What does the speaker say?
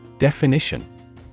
Definition